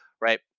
right